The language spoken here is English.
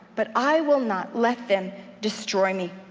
but i will not let them destroy me.